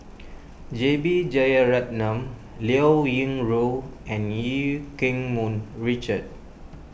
J B Jeyaretnam Liao Yingru and Eu Keng Mun Richard